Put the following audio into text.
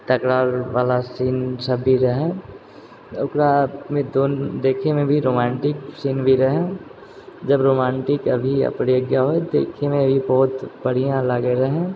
तकरारवला scene सब भी रहै ओकरामे देखैमे रोमान्टिक सीन भी रहै जब रोमान्टिक अभी आओर प्रज्ञा होइ तऽ देखैमे भी बहुत बढ़िआँ लागै रहै